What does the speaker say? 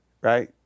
right